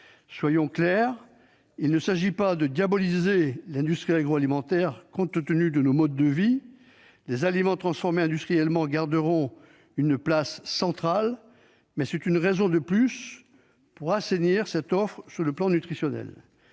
Soyons clairs : il ne s'agit pas de diaboliser l'industrie agroalimentaire. Compte tenu de nos modes de vie, les aliments transformés industriellement garderont une place centrale. Mais c'est une raison de plus pour assainir cette offre sur le plan nutritionnel